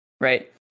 right